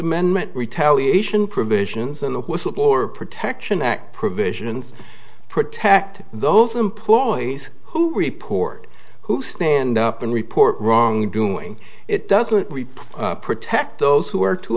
amendment retaliation provisions and the whistleblower protection act provisions protect those employees who report who stand up and report wrongdoing it doesn't report protect those who are too